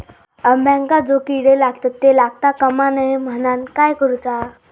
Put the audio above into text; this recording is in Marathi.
अंब्यांका जो किडे लागतत ते लागता कमा नये म्हनाण काय करूचा?